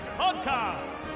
podcast